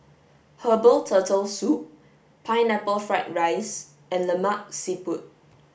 herbal turtle soup pineapple fried rice and Lemak Siput